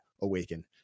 awaken